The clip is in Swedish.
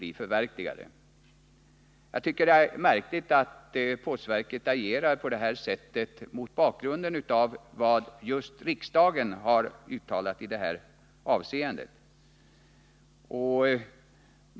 Mot bakgrund av vad riksdagen har uttalat är det märkligt att postverket agerar på detta sätt.